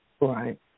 Right